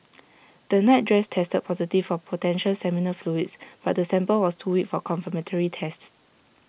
the nightdress tested positive for potential seminal fluids but the sample was too weak for confirmatory tests